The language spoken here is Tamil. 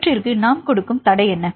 இவற்றிற்கு நாம் கொடுக்கும் தடை என்ன